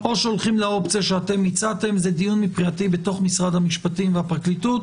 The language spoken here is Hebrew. או הולכים לאופציה שאתם הצעתם זה דיון בתוך משרד המשפטים והפרקליטות.